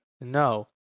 No